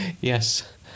Yes